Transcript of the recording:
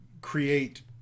create